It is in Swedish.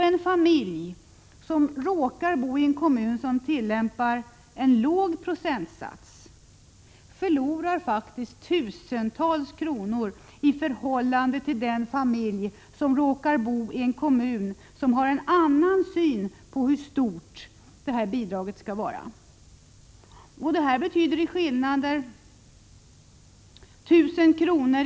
En familj som råkar bo i en kommun som tillämpar en låg procentsats förlorar faktiskt tusentals kronor i förhållande till en familj som råkar bo i en kommun som har en annan syn på hur stort socialbidraget skall vara. Det är fråga om skillnader på 1 000 kr.